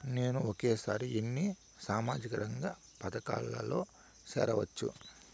నేను ఒకేసారి ఎన్ని సామాజిక రంగ పథకాలలో సేరవచ్చు?